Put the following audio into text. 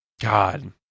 God